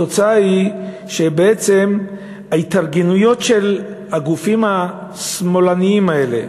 התוצאה היא שבעצם ההתארגנויות של הגופים השמאלניים האלה